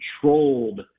controlled